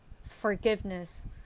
forgiveness